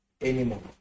anymore